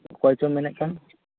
ᱚᱠᱚᱭ ᱪᱚᱢ ᱢᱮᱱᱮᱫ ᱠᱟᱱ